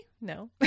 No